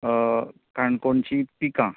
काणकोणची पिकां